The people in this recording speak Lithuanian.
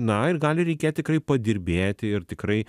na ir gali reikėt tikrai padirbėti ir tikrai